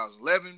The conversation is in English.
2011